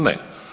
Ne.